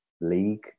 league